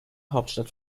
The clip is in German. hauptstadt